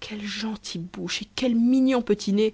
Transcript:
quelle gentille bouche et quel mignon petit nez